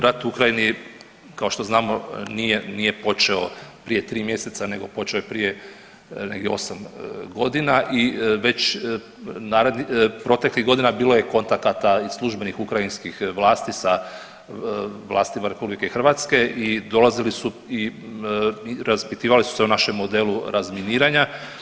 Rat u Ukrajini kao što znamo nije, nije počeo prije 3 mjeseca nego počeo je prije negdje 8 godina i već proteklih godina bilo je kontakata i službenih ukrajinskih vlasti sa vlastima RH i dolazili su i raspitivali su se o našem modelu razminiranja.